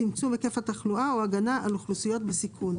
צמצום היקף התחלואה או הגנה על אוכלוסיות בסיכון";